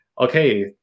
Okay